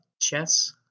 Chess